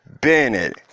Bennett